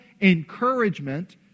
encouragement